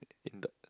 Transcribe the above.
in the